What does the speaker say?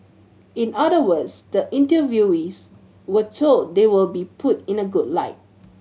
in other words the interviewees were told they will be put in a good light